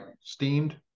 steamed